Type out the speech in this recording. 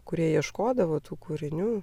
kurie ieškodavo tų kūrinių